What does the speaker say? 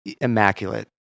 immaculate